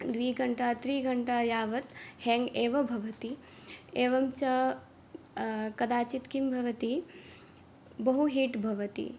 द्विघण्टा त्रिघण्टायावत् हेङ्ग् एव भवति एवञ्च कदाचित् किं भवति बहु हीट् भवति